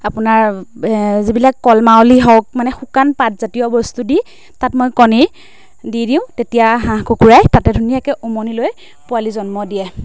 আপোনাৰ যিবিলাক কলমাৱলী হওক মানে শুকান পাতজাতীয় বস্তু দি তাত মই কণী দি দিওঁ তেতিয়া হাঁহ কুকুৰাই তাতে ধুনীয়াকৈ উমনি লৈ পোৱালি জন্ম দিয়ে